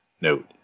Note